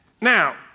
Now